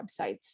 websites